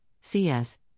CS